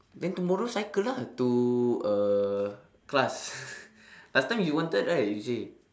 then tomorrow cycle lah to uh class last time he wanted right you say